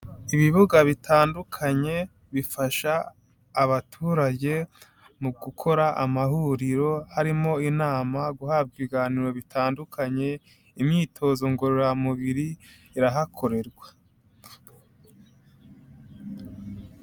Ibibuga bitandukanye, bifasha abaturage mu gukora amahuriro harimo inama, guhabwa ibiganiro bitandukanye, imyitozo ngororamubiri irahakorerwa.